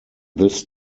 this